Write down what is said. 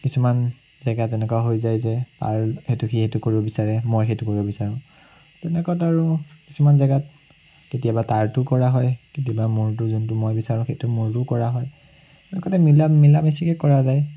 কিছুমান জেগাত এনেকুৱা হৈ যায় যে সি সেইটো কৰিব বিচাৰে মই সেইটো কৰিব বিচাৰোঁ তেনেকুৱাত আৰু কিছুমান জেগাত কেতিয়াবা তাৰটো কৰা হয় কেতিয়াবা মোৰটো যোনটো মই বিচাৰোঁ সেইটো মোৰটো কৰা হয় এনেকুৱাতে মিলা মিলা মিচাকে কৰা যায়